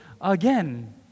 again